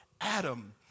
Adam